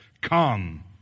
come